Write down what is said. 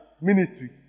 Ministry